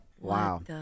Wow